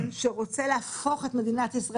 כדי שנבין גם איך זה עובד ביניהם,